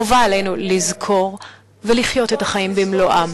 חובה, חובה עלינו לזכור ולחיות את החיים במלואם.